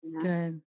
Good